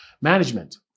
management